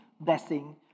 blessing